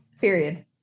period